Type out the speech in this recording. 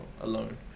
alone